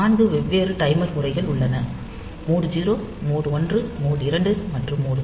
நான்கு வெவ்வேறு டைமர் முறைகள் உள்ளன மோட் 0 மோட் 1 மோட் 2 மற்றும் மோட் 3